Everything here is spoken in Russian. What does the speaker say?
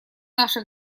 наша